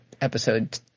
episode